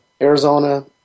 Arizona